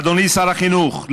אדוני שר החינוך,